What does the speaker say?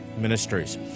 Ministries